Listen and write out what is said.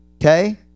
Okay